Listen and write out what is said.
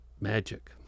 magic